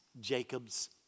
Jacob's